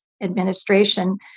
administration